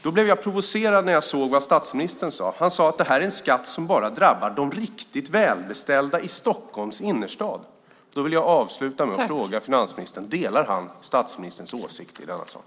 Jag blev provocerad när jag hörde vad statsministern sade. Han sade att det här är en skatt som bara drabbar de riktigt välbeställda i Stockholms innerstad. Då vill jag avsluta med att fråga finansministern om han delar statsministerns åsikt i denna sak.